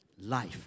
life